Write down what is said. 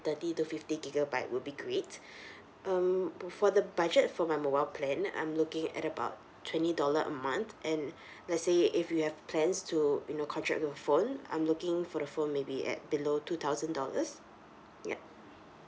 thirty to fifty gigabyte would be great um for the budget for my mobile plan I'm looking at about twenty dollar a month and let's say if you have plans to you know contract with a phone I'm looking for the phone maybe at below two thousand dollars ya